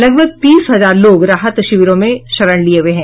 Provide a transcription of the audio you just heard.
लगभग तीस हजार लोग राहत शिविरों में शरण लिए हुए हैं